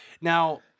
Now